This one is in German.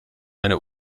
eine